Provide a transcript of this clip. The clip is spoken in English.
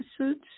episodes